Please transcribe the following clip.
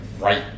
right